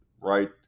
right